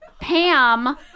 Pam